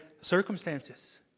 circumstances